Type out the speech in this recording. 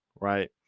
Right